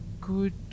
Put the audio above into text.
good